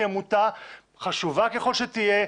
חשובה ככל שתהיה,